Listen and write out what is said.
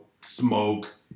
smoke